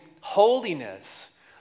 holiness